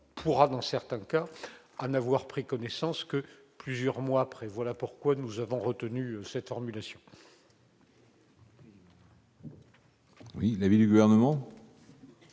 pourra dans certains cas en prendre connaissance que plusieurs mois après. Voilà pourquoi nous avons retenu cette formulation. Quel est l'avis du Gouvernement ?